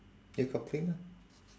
you complain lah